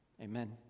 amen